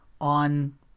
on